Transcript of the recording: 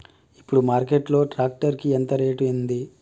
ఇప్పుడు మార్కెట్ లో ట్రాక్టర్ కి రేటు ఎంత ఉంది?